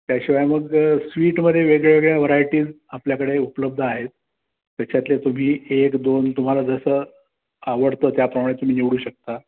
त्याशिवाय मग स्वीटमध्ये वेगळ्या वेगळ्या वरायटीज आपल्याकडे उपलब्ध आहेत त्याच्यातले तुम्ही एक दोन तुम्हाला जसं आवडतं त्याप्रमाणे तुम्ही निवडू शकता